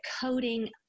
coding